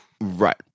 Right